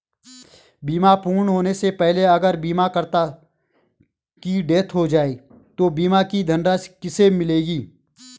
बीमा पूर्ण होने से पहले अगर बीमा करता की डेथ हो जाए तो बीमा की धनराशि किसे मिलेगी?